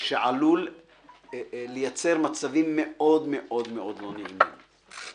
שעלול לייצר מצבים מאוד מאוד מאוד לא נעימים,